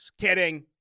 kidding